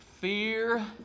Fear